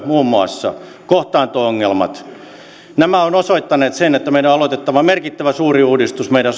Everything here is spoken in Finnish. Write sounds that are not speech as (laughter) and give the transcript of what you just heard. muun muassa kannustinloukkutyö kohtaanto ongelmat ovat osoittaneet sen että meidän on aloitettava merkittävän suuri uudistus meidän (unintelligible)